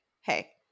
Hey